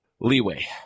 leeway